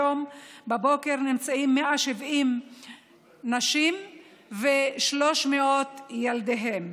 היום בבוקר נמצאים בהם 170 נשים ו-300 ילדיהן.